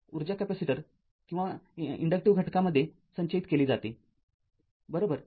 ऊर्जा कॅपेसिटर किंवा इंडक्टिव्ह घटकामध्ये संचयित केली जातेबरोबर